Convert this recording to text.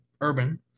urban